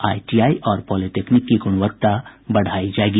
ITI और polytechnic की गुणवत्ता बढ़ायी जायेगी